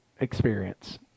experience